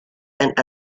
and